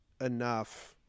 enough